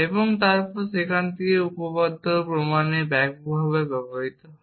এবং তারপর থেকে এটি উপপাদ্য প্রমাণে ব্যাপকভাবে ব্যবহৃত হয়েছে